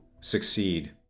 succeed